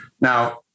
Now